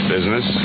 Business